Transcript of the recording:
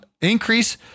increase